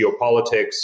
geopolitics